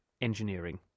engineering